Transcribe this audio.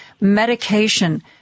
medication